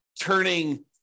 turning